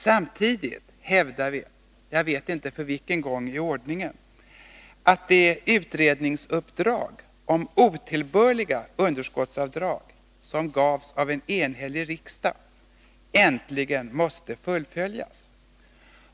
Samtidigt hävdar vi — jag vet inte för vilken gång i ordningen — att det utredningsuppdrag om otillbörliga underskottsavdrag som gavs av en enhällig riksdag äntligen måste fullföljas.